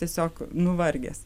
tiesiog nuvargęs